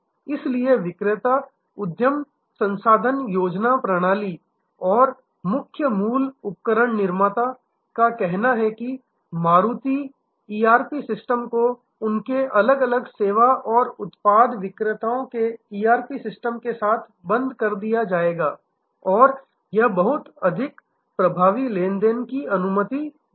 इसलिए विक्रेता उद्यम संसाधन योजना प्रणाली ईआरपी सिस्टम और मुख्य मूल उपकरण निर्माता ओईएम का कहना है कि मारुति ईआरपी सिस्टम को उनके अलग अलग सेवा और उत्पाद विक्रेताओं के ईआरपी सिस्टम के साथ बंद कर दिया जाएगा और यह बहुत अधिक प्रभावी लेनदेन की अनुमति देगा